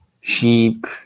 sheep